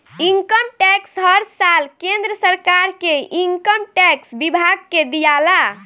income tax हर साल केंद्र सरकार के इनकम टैक्स विभाग के दियाला